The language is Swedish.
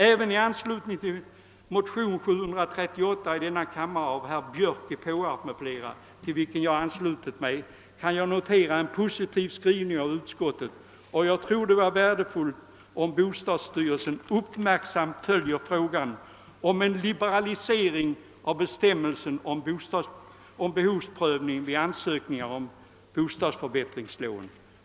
Även beträffande motionen II: 738 av herr Björk i Påarp m.fl., till vilken jag anslutit mig, kan jag notera en positiv skrivning av utskottet. Jag tror att det vore värdefullt om :bostadsstyrelsen uppmärksamt följde frågan om en li beralisering av bestämmelsen angående behovsprövning vid ansökning om bostadsförbättringslån.